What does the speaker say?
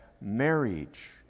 marriage